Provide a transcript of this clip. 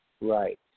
Right